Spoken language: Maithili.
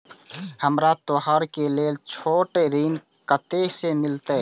हमरा त्योहार के लेल छोट ऋण कते से मिलते?